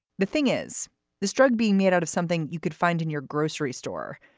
the thing is this drug being made out of something you could find in your grocery store.